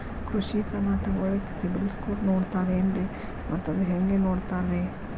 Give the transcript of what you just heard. ಕೃಷಿ ಸಾಲ ತಗೋಳಿಕ್ಕೆ ಸಿಬಿಲ್ ಸ್ಕೋರ್ ನೋಡ್ತಾರೆ ಏನ್ರಿ ಮತ್ತ ಅದು ಹೆಂಗೆ ನೋಡ್ತಾರೇ?